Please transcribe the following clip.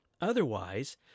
Otherwise